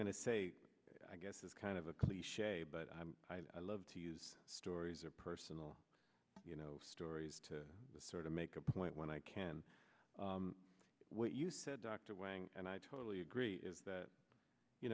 going to say i guess is kind of a cliche but i'm i love to use stories of personal you know stories to sort of make a point when i can what you said dr wang and i totally agree is that you